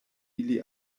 ili